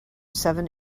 seven